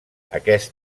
aquest